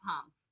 pump